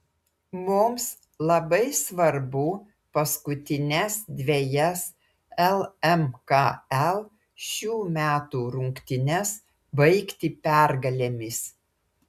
mums labai svarbu paskutines dvejas lmkl šių metų rungtynes baigti pergalėmis